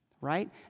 right